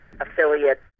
Affiliate